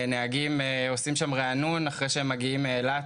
נהגים מתרעננים שם אחרי נסיעה מאילת,